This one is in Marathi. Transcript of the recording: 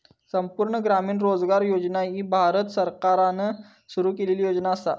संपूर्ण ग्रामीण रोजगार योजना ही भारत सरकारान सुरू केलेली योजना असा